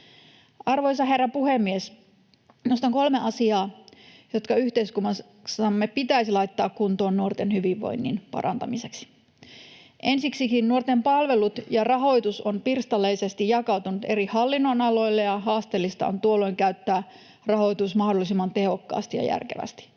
Arvoisa herra puhemies! Nostan kolme asiaa, jotka yhteiskunnassamme pitäisi laittaa kuntoon nuorten hyvinvoinnin parantamiseksi: Ensiksikin nuorten palvelut ja rahoitus ovat pirstaleisesti jakautuneet eri hallinnonaloille, ja haasteellista on tuolloin käyttää rahoitus mahdollisimman tehokkaasti ja järkevästi.